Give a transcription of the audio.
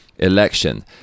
election